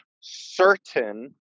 certain